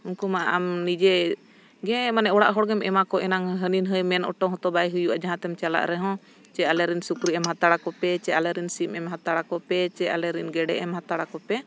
ᱩᱱᱠᱩᱢᱟ ᱟᱢ ᱱᱤᱡᱮ ᱜᱮ ᱢᱟᱱᱮ ᱚᱲᱟᱜ ᱦᱚᱲ ᱜᱮᱢ ᱮᱢᱟ ᱠᱚᱣᱟ ᱮᱱᱟᱝ ᱦᱟᱹᱱᱤ ᱱᱟᱹᱭ ᱢᱮᱱ ᱦᱚᱴᱚ ᱦᱚᱸᱛᱚ ᱵᱟᱭ ᱦᱩᱭᱩᱜᱼᱟ ᱡᱟᱦᱟᱸᱛᱮᱢ ᱪᱟᱞᱟᱜ ᱨᱮᱦᱚᱸ ᱥᱮ ᱟᱞᱮᱨᱮᱱ ᱥᱩᱠᱨᱤ ᱮᱢ ᱦᱟᱛᱟᱲ ᱟᱠᱚᱯᱮ ᱥᱮ ᱟᱞᱮᱨᱮᱱ ᱥᱤᱢ ᱮᱢ ᱦᱟᱛᱟᱲ ᱟᱠᱚᱯᱮ ᱥᱮ ᱟᱞᱮ ᱨᱮᱱ ᱜᱮᱰᱮ ᱮᱢ ᱦᱟᱛᱟᱲ ᱟᱠᱚᱯᱮ